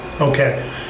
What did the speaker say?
Okay